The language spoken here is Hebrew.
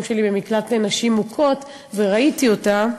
שלי במקלט לנשים מוכות וראיתי אותה,